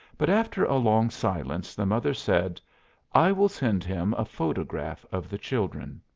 but after a long silence the mother said i will send him a photograph of the children.